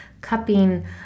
cupping